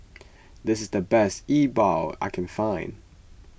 this is the best E Bua I can find